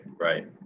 right